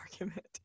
argument